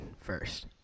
first